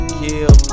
kill